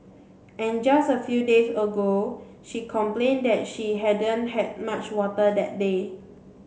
and just a few days ago she complained that she hadn't had much water that day